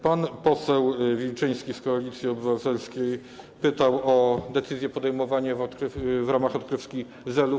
Pan poseł Wilczyński z Koalicji Obywatelskiej pytał o decyzje podejmowane w ramach odkrywki Zelów.